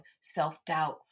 self-doubt